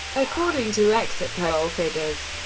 according to exit poll figures.